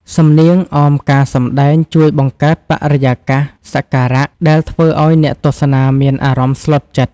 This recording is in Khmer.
សំនៀងអមការសម្ដែងជួយបង្កើតបរិយាកាសសក្ការៈ ដែលធ្វើឱ្យអ្នកទស្សនាមានអារម្មណ៍ស្លុតចិត្ត។